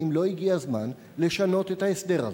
האם לא הגיע הזמן לשנות את ההסדר הזה?